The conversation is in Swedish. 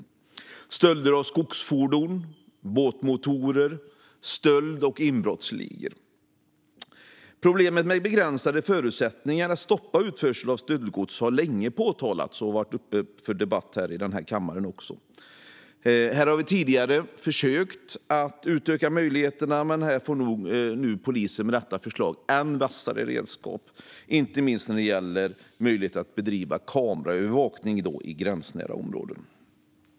Det handlar om stölder av skogsfordon och båtmotorer och om stöld och inbrottsligor. Problemet med begränsade förutsättningar att stoppa utförsel av stöldgods har länge påtalats och varit uppe för debatt i den här kammaren tidigare. Vi har tidigare försökt utöka möjligheterna för polisen, men med detta förslag får man än vassare redskap, inte minst när det gäller att använda kamerabevakning i gränsnära områden.